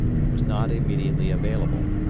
and was not immediately available.